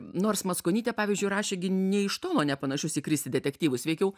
nors mackonytė pavyzdžiui rašė gi nė iš tolo nepanašius į kristi detektyvus veikiau